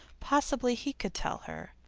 possibly he could tell her.